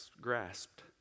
grasped